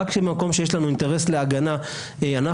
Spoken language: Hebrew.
רק במקום שיש לנו אינטרס להגנה אנחנו